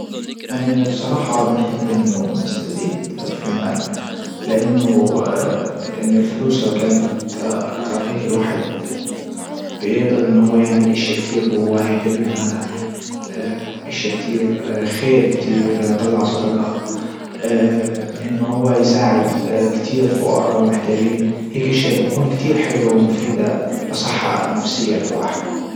انا بصراحة بنحب انه ناس تزيد في المال. لانه ان الفلوس لو كانت اكتر هيك الواحد بيقدر ان هو يعمل اشيا كتير هو يحب يعملها اشيا كتير خير كتير طلع صدجات ان هو يساعد كتير فقرا ومحتاجين هيك اشيا بتكون كتير حلوة ومفيدة للصحة النفسية للواحد